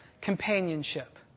companionship